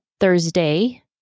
Thursday